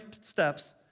steps